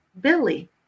Billy